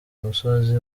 musozi